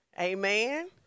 Amen